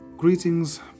Greetings